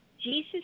Jesus